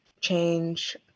change